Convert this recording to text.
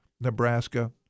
Nebraska